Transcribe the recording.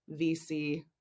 VC